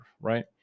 right